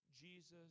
Jesus